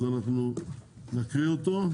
אז אנחנו נקריא אותו,